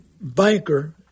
banker